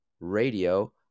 Radio